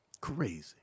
Crazy